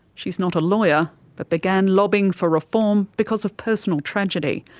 she's not a lawyer, but began lobbying for reform because of personal tragedy.